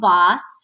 Boss